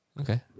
Okay